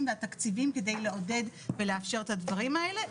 והתקציבים כדי לעודד ולאפשר את הדברים האלה.